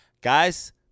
guys